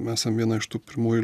esam viena iš tų pirmųjų